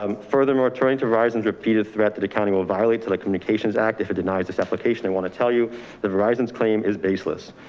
um furthermore, trying to rise and repeated threat that accounting will violate to the communications act. if it denies this application, they want to tell you the verizon's claim is baseless.